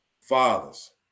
Fathers